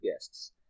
guests